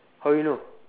how you know